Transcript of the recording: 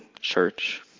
church